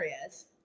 areas